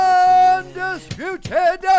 undisputed